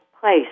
place